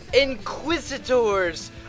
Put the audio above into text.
inquisitors